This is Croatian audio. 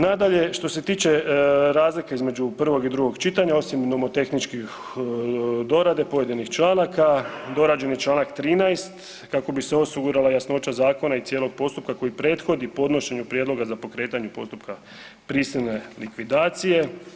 Nadalje, što se tiče razlike između prvog i drugog čitanja, ovim nomotehničkih dorade pojedinih članaka, dorađen je čl. 13 kako bi se osigurala jasnoća zakona i cijelog postupka koji prethodi podnošenju prijedloga za pokretanje postupka prisilne likvidacije.